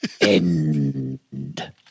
End